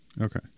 Okay